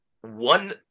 one